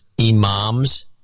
imams